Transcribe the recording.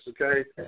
okay